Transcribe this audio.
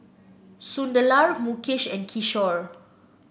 Sunderlal Mukesh and Kishore